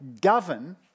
govern